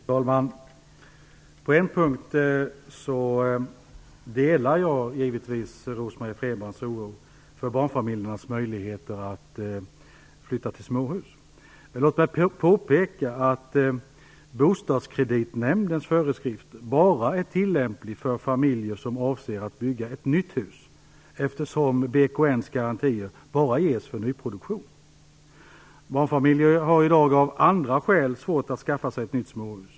Fru talman! På en punkt delar jag givetvis Rose Marie Frebrans oro för barnfamiljernas möjligheter att flytta till småhus. Låt mig ändå påpeka att Bostadskreditnämndens föreskrifter bara är tillämpliga på familjer som avser bygga ett nytt hus, eftersom nämndens garantier bara ges för nyproduktion. Barnfamiljer har i dag av andra skäl svårt att skaffa sig nya småhus.